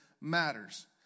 matters